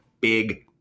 big